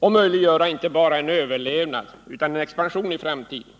och möjliggöra inte bara en överlevnad utan en expansion i framtiden.